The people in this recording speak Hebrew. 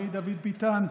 חברי דוד ביטן,